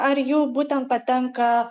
ar jų būtent patenka